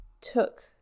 took